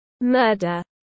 murder